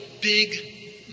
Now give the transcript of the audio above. big